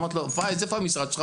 אמרתי לו, פאיז, איפה המשרד שלך?